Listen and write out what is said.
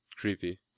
creepy